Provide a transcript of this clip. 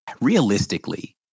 realistically